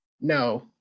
No